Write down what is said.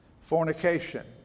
Fornication